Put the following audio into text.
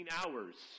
hours